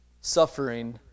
suffering